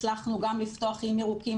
הצלחנו גם לפתוח איים ירוקים,